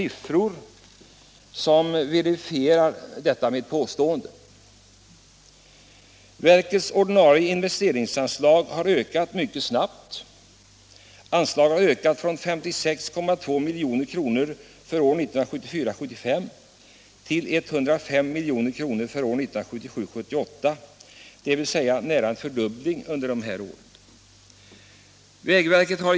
I budgetpropositionen har det, som jag nämnde, hänvisats till budgetutredningen.